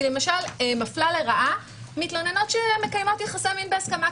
למשל מפלה לרעה מתלוננות שמקיימות יחסי מין בהסכמה,